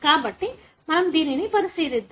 కాబట్టి మనం దానిని పరిశీలిద్దాం